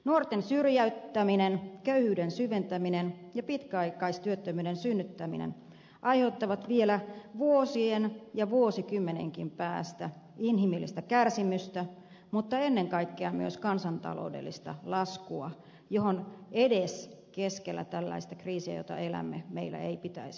nuorten syrjäyttäminen köyhyyden syventäminen ja pitkäaikaistyöttömyyden synnyttäminen aiheuttavat vielä vuosien ja vuosikymmenenkin päästä inhimillistä kärsimystä mutta ennen kaikkea myös kansantaloudellista laskua johon edes keskellä tällaista kriisiä jota elämme meillä ei pitäisi olla varaa